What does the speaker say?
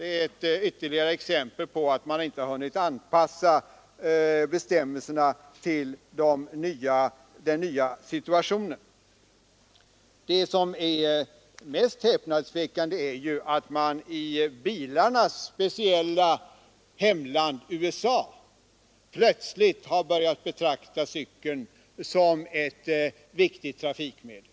Detta är ytterligare ett exempel på att man inte hunnit anpassa bestämmelserna till den nya situationen. Det mest häpnadsväckande är att man i bilarnas speciella hemland, USA, plötsligt har börjat betrakta cykeln som ett viktigt trafikmedel.